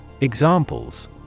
Examples